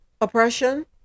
oppression